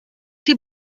die